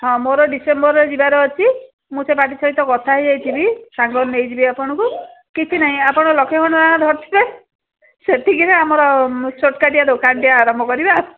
ହଁ ମୋର ଡିସେମ୍ବରରେ ଯିବାର ଅଛି ମୁଁ ସେ ପାର୍ଟି ସହିତ କଥା ହେଇଯାଇଥିବି ସାଙ୍ଗରେ ନେଇଯିବି ଆପଣଙ୍କୁ କିଛି ନାହିଁ ଆପଣ ଲକ୍ଷେ ଖଣ୍ଡେ ଟଙ୍କା ଧରଥିବେ ସେତିକିରେ ଆମର ଛୋଟ୍ କାଟିଆ ଦୋକାନଟିଏ ଆରମ୍ଭ କରିବା